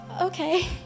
okay